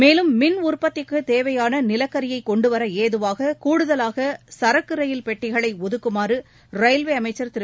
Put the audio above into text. மேலும் மின் உற்பத்திக்குத் தேவையான நிலக்கரியை கொண்டுவர ஏதுவாக கூடுதவாக சரக்குரயில் பெட்டிகளை ஒதுக்குமாறு ரயில்வே அமைச்சர் திரு